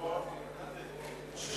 בבקשה.